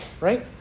right